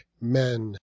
men